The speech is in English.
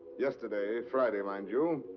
yesterday, friday, mind you,